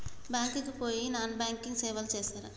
Bank కి పోయిన non banking సేవలు చేస్తరా?